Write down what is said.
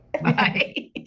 Bye